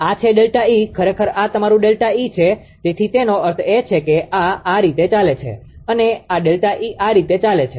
આ છે ΔE ખરેખર આ તમારું ΔE છે તેથી તેનો અર્થ એ કે આ આ રીતે ચાલે છે અને આ ΔE આ રીતે ચાલે છે